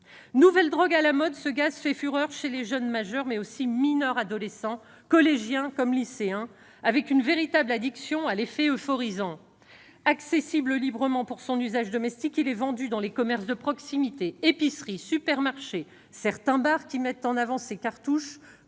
Nouvelle drogue à la mode, ce gaz fait fureur chez les jeunes majeurs, mais aussi chez les mineurs adolescents- collégiens comme lycéens -, et on constate une véritable addiction à son effet euphorisant. Accessible librement pour son usage domestique, il est vendu dans les commerces de proximité, épiceries, supermarchés, certains bars qui mettent en avant ces cartouches